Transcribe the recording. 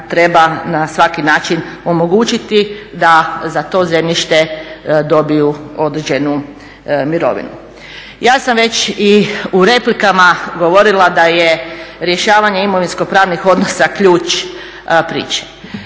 treba na svaki način omogućiti da za to zemljište dobiju određenu mirovinu. Ja sam već i u replikama govorila da je rješavanje imovinsko pravnih odnosa ključ priče.